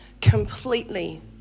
completely